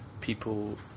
people